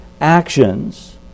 actions